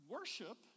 Worship